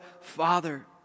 Father